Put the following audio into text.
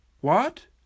What